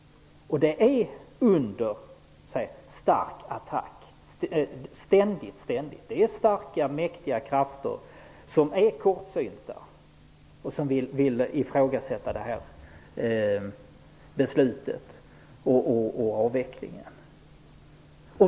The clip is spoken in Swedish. Det befinner sig ständigt under attack. Starka, mäktiga och kortsynta krafter vill ifrågasätta beslutet om avveckling.